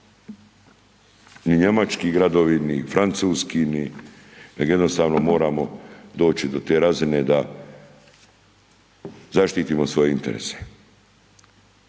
ni njemački gradovi, ni francuski nego jednostavno moramo doći do te razine da zaštitimo svoje interese.